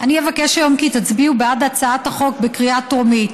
אני אבקש היום כי תצביעו בעד הצעת החוק בקריאה טרומית.